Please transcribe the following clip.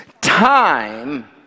Time